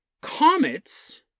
comets